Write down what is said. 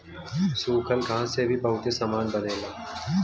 सूखल घास से भी बहुते सामान बनेला